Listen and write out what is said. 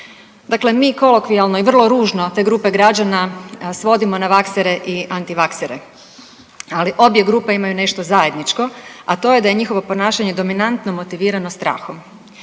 Dakle, mi kolokvijalno i vrlo ružno te grupe građana svodimo na vaksere i antivaksere, ali obje grupe imaju nešto zajedničko, a to je da njihovo ponašanje dominantno motivirano strahom.